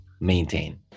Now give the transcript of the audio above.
maintain